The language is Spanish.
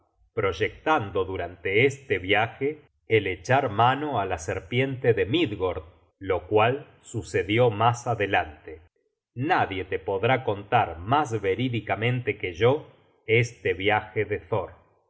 google book search generated at echar mano á la serpiente de midgord lo cual sucedió mas adelante nadie te podrá contar mas verídicamente que yo este viaje de thor